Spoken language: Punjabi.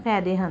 ਫੈਦੇ ਹਨ